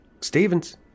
Stevens